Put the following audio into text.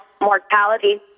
mortality